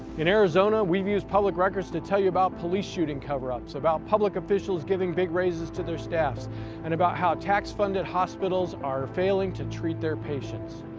in arizona we've used public records to tell you about police shooting cover-ups, public officials giving big raises to their staff and about how tax funded hospitals are failing to treat their patients.